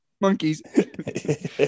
monkeys